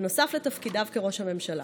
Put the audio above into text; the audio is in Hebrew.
נוסף על תפקידו כראש הממשלה.